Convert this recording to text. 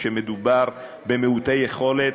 כשמדובר במעוטי יכולת,